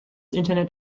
internet